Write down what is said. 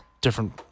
different